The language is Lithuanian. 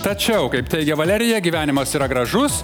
tačiau kaip teigia valerija gyvenimas yra gražus